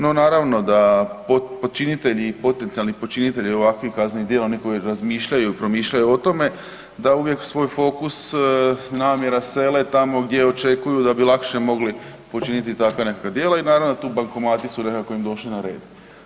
No naravno da počinitelji i potencijalni počinitelji ovakvih kaznenih djela oni koji razmišljaju i promišljaju o tome da uvijek svoj fokus namjera sele tamo gdje očekuju da bi lakše mogli počiniti takva nekakva djela i naravno da tu bankomati su nekako im došli na red.